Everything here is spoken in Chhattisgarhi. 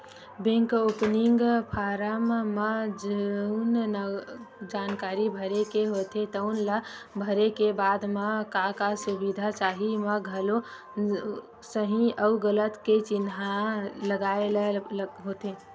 बेंक ओपनिंग फारम म जउन जानकारी भरे के होथे तउन ल भरे के बाद म का का सुबिधा चाही म घलो सहीं अउ गलत के चिन्हा लगाए ल होथे